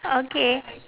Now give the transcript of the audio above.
okay